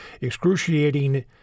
excruciating